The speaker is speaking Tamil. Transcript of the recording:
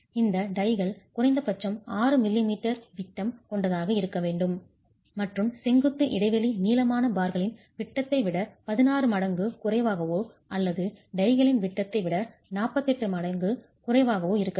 இந்த டைகள் குறைந்தபட்சம் 6 மில்லிமீட்டர் விட்டம் கொண்டதாக இருக்க வேண்டும் மற்றும் செங்குத்து இடைவெளி நீளமான பார்களின் விட்டத்தை விட 16 மடங்கு குறைவாகவோ அல்லது டைகளின் விட்டத்தை விட 48 மடங்கு குறைவாகவோ இருக்க வேண்டும்